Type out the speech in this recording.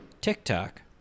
TikTok